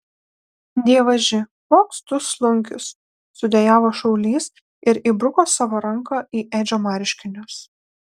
dievaži koks tu slunkius sudejavo šaulys ir įbruko savo ranką į edžio marškinius